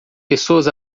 pessoas